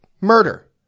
murder